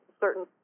certain